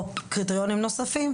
או קריטריונים נוספים,